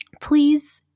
Please